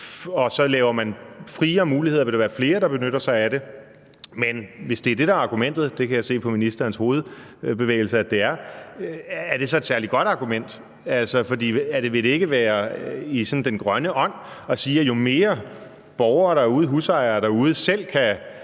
man laver man friere muligheder, vil være flere, der benytter sig af det? Men hvis det er det, der er argumentet – og det kan jeg se på ministerens hovedbevægelse at det er – er det så et særlig godt argument? For vil det ikke være i sådan den grønne ånd at sige, at jo mere borgere, husejere, derude selv kan